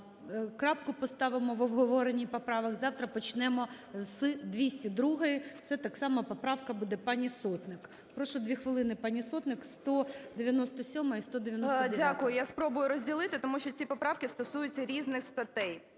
крапку поставимо в обговоренні поправок, завтра почнемо з 202 – це так само поправка буде пані Сотник. Прошу дві хвилини пані Сотник, 197 і 199. 14:03:02 СОТНИК О.С. Дякую. Я спробую розділити, тому що ці поправки стосуються різних статей.